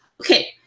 Okay